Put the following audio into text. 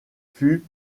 fut